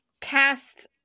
cast